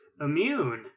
Immune